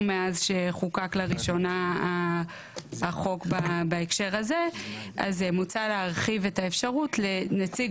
מאז שחוקק לראשונה החוק בהקשר הזה אז מוצע להרחיב את האפשרות לנציג